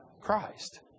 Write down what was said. Christ